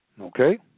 Okay